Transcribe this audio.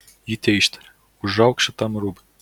ji teištarė užauk šitam rūbui